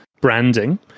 branding